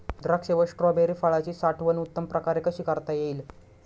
द्राक्ष व स्ट्रॉबेरी फळाची साठवण उत्तम प्रकारे कशी करता येईल?